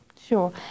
Sure